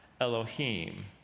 Elohim